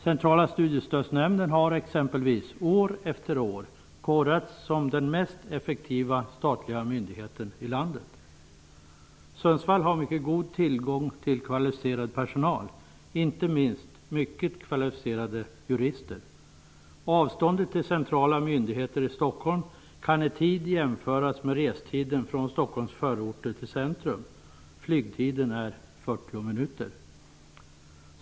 Centrala studiestödsnämnden har exempelvis år efter år korats till den mest effektiva statliga myndigheten i landet. Sundsvall har mycket god tillgång till kvalificerad personal, inte minst mycket kvalificerade jurister. Avståndet till centrala myndigheter i Stockholm kan i tid jämföras med restiden från Stockholms förorter till centrum. Flygtiden är 40 minuter.